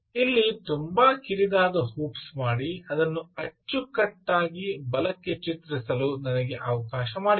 ಇಲ್ಲಿ ತುಂಬಾ ಕಿರಿದಾದ ಹೂಪ್ಸ್ ಮಾಡಿ ಅದನ್ನು ಅಚ್ಚುಕಟ್ಟಾಗಿ ಬಲಕ್ಕೆ ಚಿತ್ರಿಸಲು ನನಗೆ ಅವಕಾಶ ಮಾಡಿಕೊಡಿ